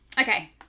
Okay